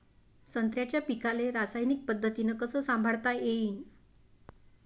संत्र्याच्या पीकाले रासायनिक पद्धतीनं कस संभाळता येईन?